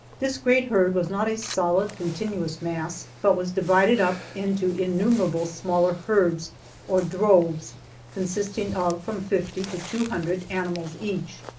this great herd was not a solid, continuous mass, but was divided up into innumerable smaller herds or droves consisting of from fifty to two hundred animals each.